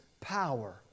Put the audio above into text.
power